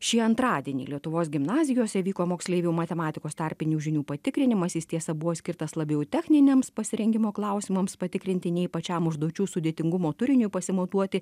šį antradienį lietuvos gimnazijose vyko moksleivių matematikos tarpinių žinių patikrinimas jis tiesa buvo skirtas labiau techniniams pasirengimo klausimams patikrinti nei pačiam užduočių sudėtingumo turiniu pasimatuoti